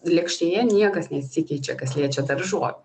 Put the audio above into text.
lėkštėje niekas nesikeičia kas liečia daržovę